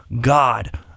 God